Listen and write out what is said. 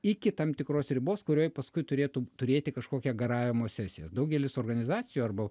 iki tam tikros ribos kurioj paskui turėtų turėti kažkokią garavimo sesijas daugelis organizacijų arba